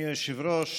אדוני היושב-ראש,